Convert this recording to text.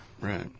Right